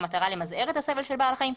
במטרה למזער את הסבל של בעל החיים.